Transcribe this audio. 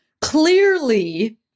clearly